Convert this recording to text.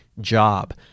job